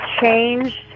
changed